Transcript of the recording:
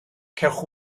cewch